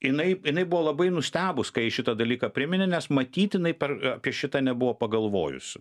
jinai jinai buvo labai nustebus kai jai šitą dalyką priminė nes matyt jinai per apie šitą nebuvo pagalvojusi